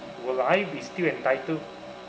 will I be still entitled